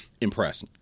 impressed